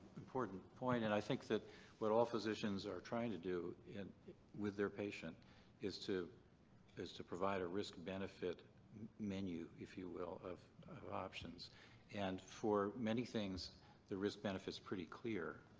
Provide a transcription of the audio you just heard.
important point and i think that what all physicians are trying to do and with their patient is to is to provide a risk and benefit menu, if you will, of options and for many things the risk-benefit is pretty clear.